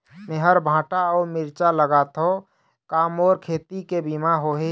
मेहर भांटा अऊ मिरचा लगाथो का मोर खेती के बीमा होही?